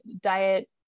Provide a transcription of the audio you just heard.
diet